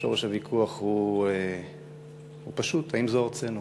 שורש הוויכוח הוא פשוט: האם זו ארצנו.